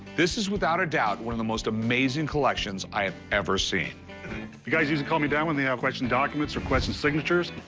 this is without a doubt one of the most amazing collections i have ever seen. the guys usually call me down when they have questioned documents or questioned signatures.